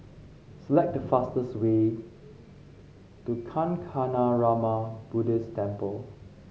select the fastest way to Kancanarama Buddhist Temple